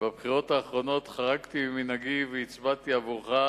בבחירות האחרונות חרגתי ממנהגי והצבעתי עבורך,